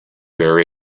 very